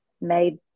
made